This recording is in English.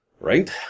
Right